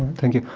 thank you.